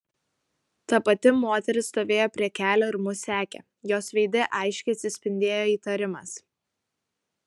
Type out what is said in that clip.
ta pati moteris stovėjo prie kelio ir mus sekė jos veide aiškiai atsispindėjo įtarimas